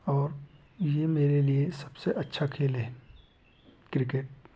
और यह मेरे लिए सबसे अच्छा खेल है क्रिकेट